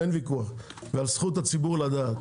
אין וויכוח, ועל זכות הציבור לדעת,